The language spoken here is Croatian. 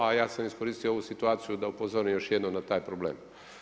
A ja sam iskoristio ovu situaciju da upozorim još jednom na taj problem.